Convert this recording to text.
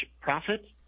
profit